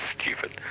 stupid